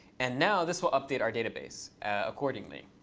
and now this will update our database accordingly.